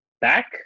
back